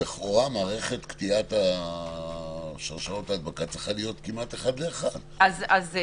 לכאורה מערכת קטיעת שרשראות ההדבקה צריכה להיות כמעט 1 ל-1 בעיקרון.